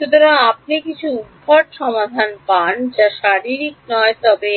সুতরাং আপনি কিছু উদ্ভট সমাধান পান যা শারীরিক নয় তবে